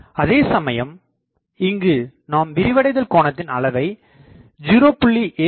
அதேசமயம் இங்கு நாம் விரிவடைதல் கோணத்தின் அளவை 0